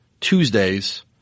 Tuesdays